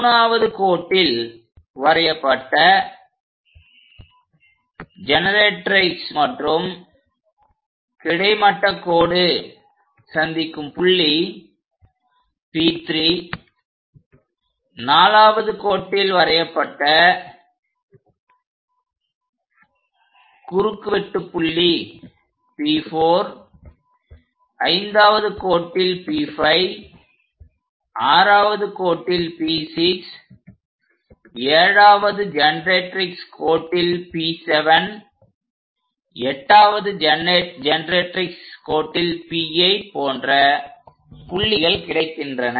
3வது கோட்டில் வரையப்பட்ட ஜெனெரேட்ரிக்ஸ் மற்றும் கிடைமட்ட கோடு சந்திக்கும் புள்ளி P34வது கோட்டில் வரையப்பட்ட குறுக்குவெட்டு புள்ளி P45வது கோட்டில் P5 6வது கோட்டில் P6 7வது ஜெனெரேட்ரிக்ஸ் கோட்டில் P7 8வது ஜெனெரேட்ரிக்ஸ் கோட்டில் P8 போன்ற புள்ளிகள் கிடைக்கின்றன